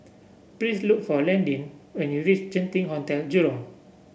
please look for Landin when you reach Genting Hotel Jurong